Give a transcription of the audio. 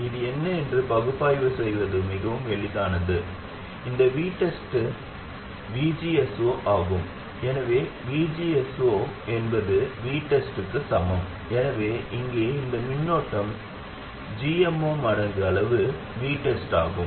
அது என்ன என்று பகுப்பாய்வு செய்வது மிகவும் எளிதானது இந்த VTEST தானே VGS0 ஆகும் எனவே VGS0 என்பது VTEST க்கு சமம் எனவே இங்கே இந்த மின்னோட்டம் gm0 மடங்கு அளவு VTEST ஆகும்